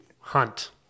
Hunt